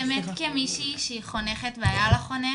כמישהי שחונכת והיה לה חונך,